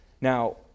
Now